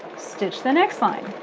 stitch the next line.